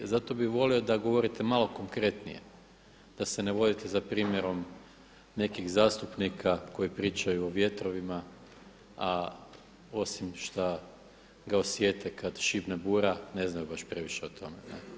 Zato bi volio da govorite malo konkretnije, da se ne vodite za primjerom nekih zastupnika koji pričaju o vjetrovima, a osim šta ga osjete kada šibne bura ne znaju baš previše o tome.